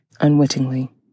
unwittingly